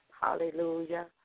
hallelujah